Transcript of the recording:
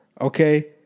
Okay